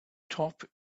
top